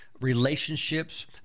relationships